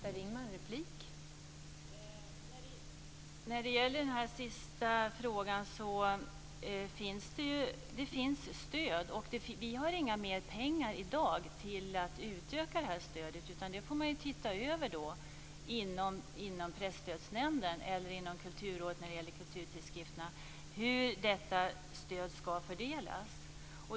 Fru talman! När det gäller den sista frågan vill jag säga att det finns stöd. Vi har i dag inte mer pengar till att utöka detta stöd. Det får man titta över inom Presstödsnämnden eller inom Kulturrådet när det gäller kulturtidskrifterna. Hur ska detta stöd fördelas?